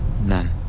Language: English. none